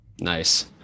Nice